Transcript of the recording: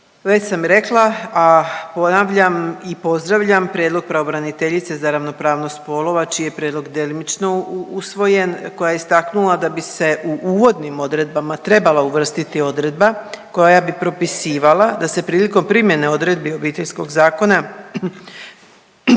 Već sam rekla, a ponavljam i pozdravljam prijedlog pravobraniteljice za ravnopravnost spolova čiji je prijedlog delimično usvojen, koja je istaknula da bi se u uvodnim odredbama trebala uvrstiti odredba koja bi propisivala da se prilikom primjene odredbi Obiteljskog zakona